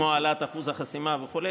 כמו העלאת אחוז החסימה וכו'.